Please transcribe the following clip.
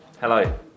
Hello